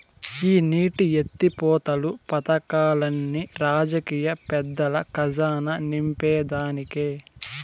ఈ నీటి ఎత్తిపోతలు పదకాల్లన్ని రాజకీయ పెద్దల కజానా నింపేదానికే